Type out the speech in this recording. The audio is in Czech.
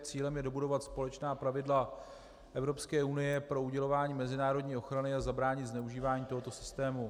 Cílem je dobudovat společná pravidla Evropské unie pro udělování mezinárodní ochrany a zabránit zneužívání tohoto systému.